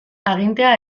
agintea